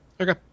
Okay